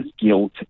guilt